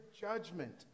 judgment